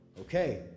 okay